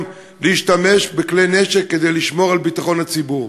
גם להשתמש בכלי נשק כדי לשמור על ביטחון הציבור.